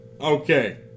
Okay